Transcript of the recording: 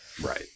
right